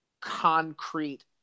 concrete